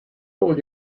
all